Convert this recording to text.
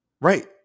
Right